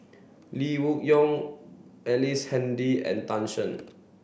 Lee Wung Yew Ellice Handy and Tan Shen